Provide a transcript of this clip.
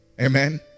Amen